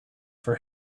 for